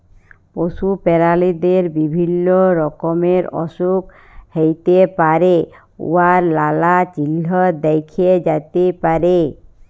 পশু পেরালিদের বিভিল্য রকমের অসুখ হ্যইতে পারে উয়ার লালা চিল্হ দ্যাখা যাতে পারে